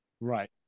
right